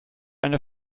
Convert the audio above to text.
eine